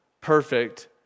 perfect